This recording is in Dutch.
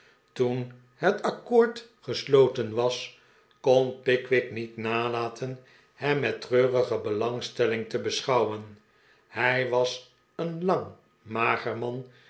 toen het accoord gesloten was kon pickwick niet nalaten hem met treurige belangstelling te besehouwen hij was een lang mager man